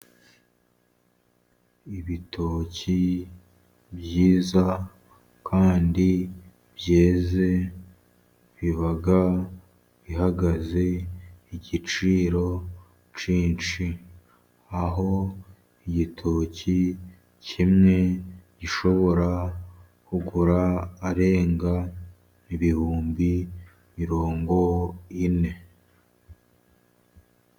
Ibitoki byiza kandi byeze, biba bihagaze igiciro cyinshi, aho igitoki kimwe gishobora kugura arenga ibihumbi mirongo ine.